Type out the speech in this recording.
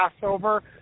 Passover